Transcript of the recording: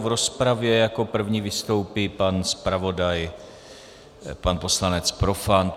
V rozpravě jako první vystoupí pan zpravodaj, pan poslanec Profant.